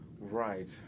Right